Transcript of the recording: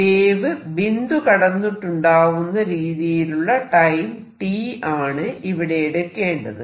wave ബിന്ദു കടന്നിട്ടുണ്ടാവുന്ന രീതിയിലുള്ള ടൈം t ആണ് ഇവിടെ എടുക്കേണ്ടത്